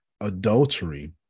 Adultery